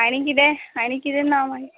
आणी किदें आनी किदें ना माग